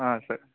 sir